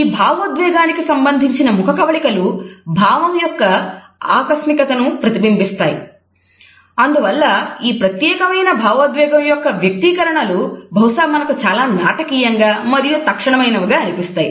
ఈ భావోద్వేగానికి సంబంధించిన ముఖకవళికలు భావం యొక్క ఆకస్మికతను ప్రతిబింబిస్తాయి అందువల్ల ఈ ప్రత్యేకమైన భావోద్వేగం యొక్క వ్యక్తీకరణలు బహుశా మనకు చాలా నాటకీయంగా మరియు తక్షణమైనవిగా అనిపిస్తాయి